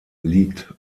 liegt